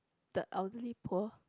the elderly poor